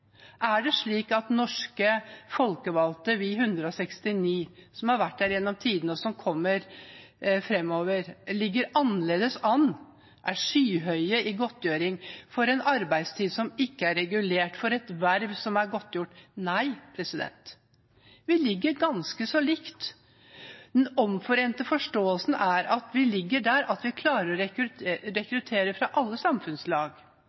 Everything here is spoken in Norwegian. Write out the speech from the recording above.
Er det slik at norske folkevalgte – vi 169 – som har vært her gjennom tidene, og som kommer framover, ligger annerledes an, ligger skyhøyt med hensyn til godtgjøring for en arbeidstid som ikke er regulert, for et verv som er godtgjort? Nei, vi ligger ganske så likt. Den omforente forståelsen er at vi ligger der at vi klarer å rekruttere fra alle samfunnslag,